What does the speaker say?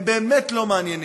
הם באמת לא מעניינים.